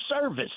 service